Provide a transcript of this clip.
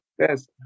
Yes